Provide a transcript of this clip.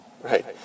right